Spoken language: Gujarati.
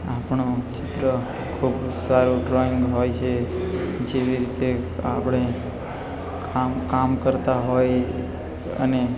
આપણું ચિત્ર ખૂબ સારું ડ્રોઈંગ હોય છે જેવી રીતે આપણે કામ કામ કરતા હોય અને